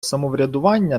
самоврядування